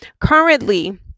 Currently